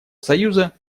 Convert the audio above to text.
союза